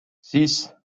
six